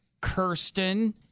Kirsten